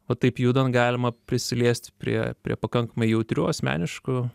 va taip judant galima prisiliesti prie prie pakankamai jautrių asmeniškų